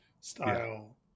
style